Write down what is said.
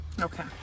Okay